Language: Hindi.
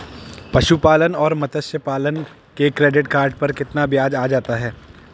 पशुपालन और मत्स्य पालन के क्रेडिट कार्ड पर कितना ब्याज आ जाता है?